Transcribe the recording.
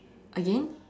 again